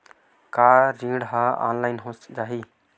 का ऋण ह ऑनलाइन हो जाही?